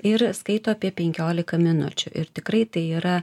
ir skaito apie penkiliką minučių ir tikrai tai yra